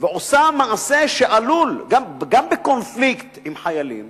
ועושה מעשה שעלול, גם בקונפליקט עם חיילים,